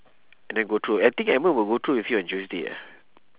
and then go through I think edmund will go through with you on tuesday ah